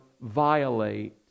violate